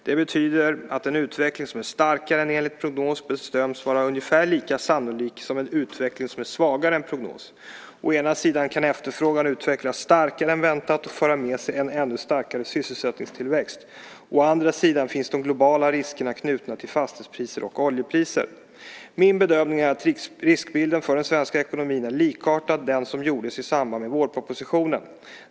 Det betyder att en utveckling som är starkare än enligt prognos bedöms vara ungefär lika sannolik som en utveckling som är svagare än prognos. Å ena sida kan efterfrågan utvecklas starkare än väntat och föra med sig en ännu starkare sysselsättningstillväxt. Å andra sidan finns de globala riskerna knutna till fastighetspriser och oljepriser. Min bedömning är att riskbilden för den svenska ekonomin är likartad den som gjordes i samband med vårpropositionen.